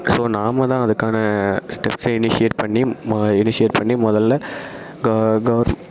so நாம தான் அதுக்கான ஸ்டெப்ஸை இனிஷியேட் பண்ணி மொ இனிஷியேட் பண்ணி முதல்ல கோ கோ